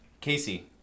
Casey